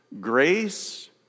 grace